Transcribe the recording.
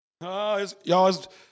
y'all